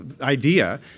idea